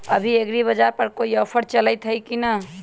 अभी एग्रीबाजार पर कोई ऑफर चलतई हई की न?